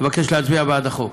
אני מבקש להצביע בעד החוק.